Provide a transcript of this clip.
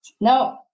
No